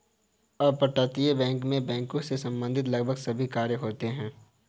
अपतटीय बैंक मैं बैंक से संबंधित लगभग सभी कार्य होते हैं